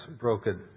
broken